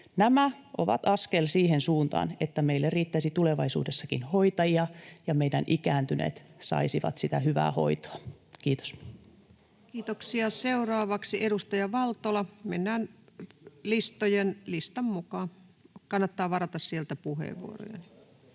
Nämä ovat askel siihen suuntaan, että meille riittäisi tulevaisuudessakin hoitajia ja meidän ikääntyneet saisivat sitä hyvää hoitoa. — Kiitos. Kiitoksia. — Seuraavaksi edustaja Valtola. [Vastauspuheenvuoropyyntöjä] — Mennään listan mukaan, kannattaa varata sieltä puheenvuoroja.